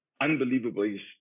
unbelievably